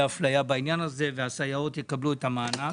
אפליה בעניין הזה והסייעות יקבלו את המענק.